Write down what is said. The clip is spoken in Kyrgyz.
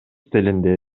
тилинде